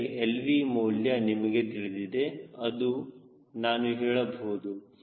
ಅಂದರೆ lv ಮೌಲ್ಯ ನಮಗೆ ತಿಳಿದಿದೆ ಎಂದು ನಾನು ಹೇಳಬಹುದು